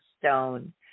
stone